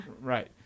Right